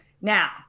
Now